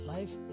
Life